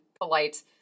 polite